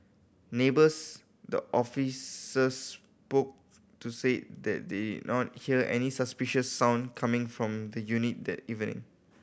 neighbours the officers spoke to said that they not hear any suspicious sound coming from the unit that even